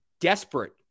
desperate